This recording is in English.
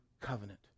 covenant